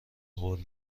قول